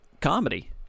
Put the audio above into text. comedy